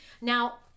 Now